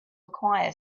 acquire